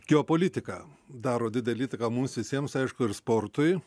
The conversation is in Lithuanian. geopolitika daro didelę įtaką mums visiems aišku ir sportui